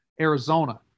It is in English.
Arizona